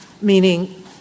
Meaning